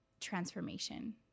transformation